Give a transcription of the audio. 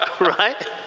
Right